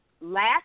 last